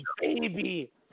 baby